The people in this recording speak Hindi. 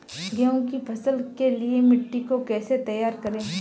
गेहूँ की फसल के लिए मिट्टी को कैसे तैयार करें?